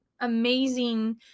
amazing